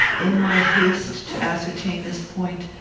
in my haste to ascertain this point,